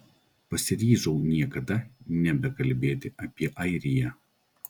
pasiryžau niekada nebekalbėti apie airiją